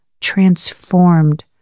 transformed